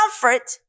comfort